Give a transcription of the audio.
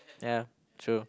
ya true